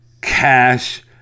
cash